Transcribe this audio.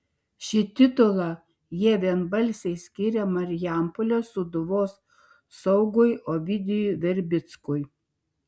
šį titulą jie vienbalsiai skyrė marijampolės sūduvos saugui ovidijui verbickui